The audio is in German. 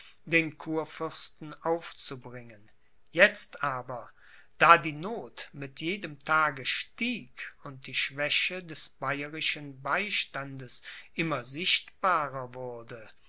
den kurfürsten aufzubringen jetzt aber da die noth mit jedem tage stieg und die schwäche des bayerischen beistandes immer sichtbarer wurde